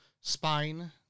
spine